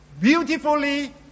beautifully